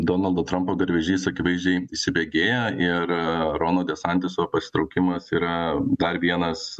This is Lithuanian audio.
donaldo trampo garvežys akivaizdžiai įsibėgėja ir rono desantiso pasitraukimas yra dar vienas